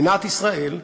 מדינת ישראל,